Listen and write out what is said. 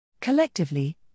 Collectively